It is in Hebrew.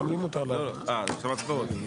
עכשיו הצבעות.